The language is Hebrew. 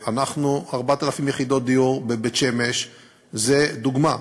4,000 יחידות דיור בבית-שמש זה דוגמה,